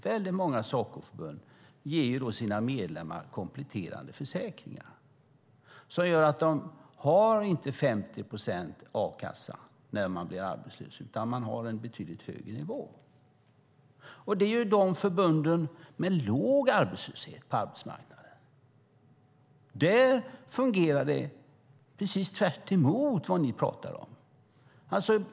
Väldigt många Sacoförbund tecknar kompletterande försäkringar för sina medlemmar som gör att de inte har 50 procents a-kassa när de blir arbetslösa, utan de har en betydligt högre ersättning. Det är de förbunden med låg arbetslöshet på arbetsmarknaden som gör detta. Där fungerar det precis tvärtemot vad ni pratar om.